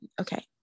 Okay